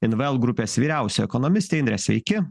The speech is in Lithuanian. invl grupės vyriausia ekonomistė indre sveiki